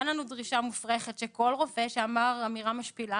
אין לנו דרישה מופרכת שכל רופא שאמר אמירה משפילה